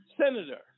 Senator